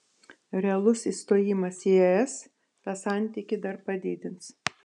realus įstojimas į es tą santykį dar padidins